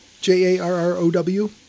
j-a-r-r-o-w